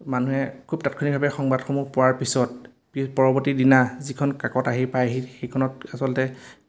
মানুহে খুব তাৎক্ষণিকভাৱে সংবাদসমূহ পোৱাৰ পিছত পৰৱৰ্তী দিনা যিখন কাকত আহি পাইহি সেইখনত আচলতে